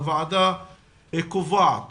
הוועדה קובעת